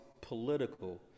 political